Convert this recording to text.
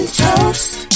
toast